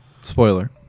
Spoiler